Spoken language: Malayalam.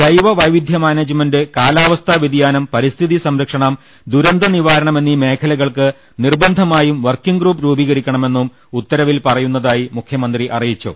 ജൈവവൈ വിധ്യ മാനേജ്മെന്റ് കാലാവസ്ഥാ വൃതിയാനം പരി സ്ഥിതി സംരക്ഷണം ദുരന്തനിവാരണം എന്നീ മേഖല കൾക്ക് നിർബന്ധമായും വർക്കിംഗ് ഗ്രൂപ്പ് രൂപീകരിക്ക ണമെന്നും ഉത്തരവിൽ പറയുന്നതായി മുഖ്യമന്ത്രി അറി യിച്ചു